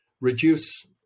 reduce